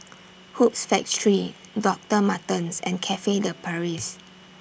Hoops Factory Doctor Martens and Cafe De Paris